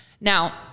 Now